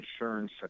Insurance